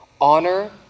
honor